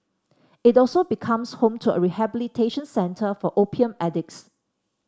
it also becomes home to a rehabilitation centre for opium addicts